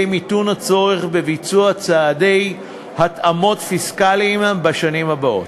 מיתון הצורך בביצוע צעדי התאמות פיסקליים בשנים הבאות.